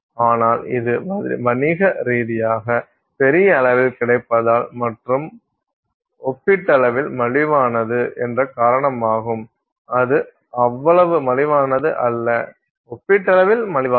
ஆனால் இது வணிக ரீதியாக பெரிய அளவில் கிடைப்பதால் மற்றும் ஒப்பீட்டளவில் மலிவானது என்ற காரணமாகும் அது அவ்வளவு மலிவானது அல்ல ஒப்பீட்டளவில் மலிவானது